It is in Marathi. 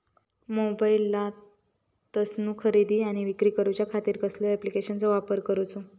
मोबाईलातसून खरेदी आणि विक्री करूच्या खाती कसल्या ॲप्लिकेशनाचो वापर करूचो?